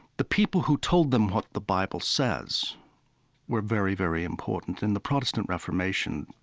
the people who told them what the bible says were very, very important. in the protestant reformation,